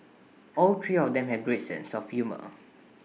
all three of them have great sense of humour